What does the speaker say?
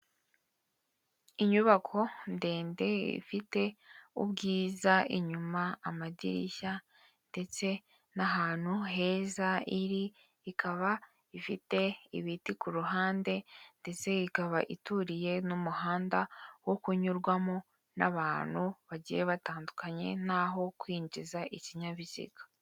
Inyubako ndende ifite ubwiza inyuma, amadirishya ndetse n'ahantu heza iri, ikaba ifite ibiti ku ruhande ndetse ikaba ituriye n'umuhanda wo kunyurwamo n'abantu bagiye batandukanye n'aho kwinjiza ikinyabiziga.